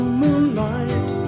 moonlight